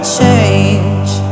change